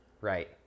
Right